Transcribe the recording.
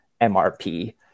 MRP